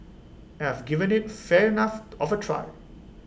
and I've given IT fair enough of A try